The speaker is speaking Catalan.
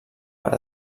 per